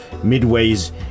Midways